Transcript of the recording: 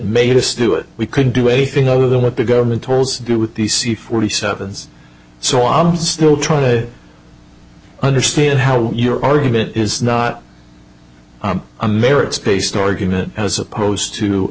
made us do it we couldn't do anything other than what the government told to do with the c forty seven's so i'm still trying to understand how your argument is not a merit based argument as opposed to